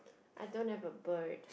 I don't have a bird